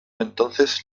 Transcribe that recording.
entonces